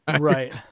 Right